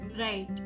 right